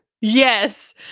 Yes